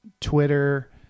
Twitter